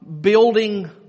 building